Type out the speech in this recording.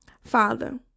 Father